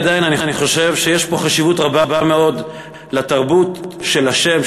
עדיין אני חושב שיש פה חשיבות רבה מאוד לתרבות של השם,